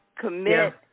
commit